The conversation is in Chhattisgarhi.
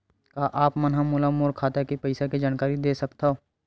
का आप मन ह मोला मोर खाता के पईसा के जानकारी दे सकथव?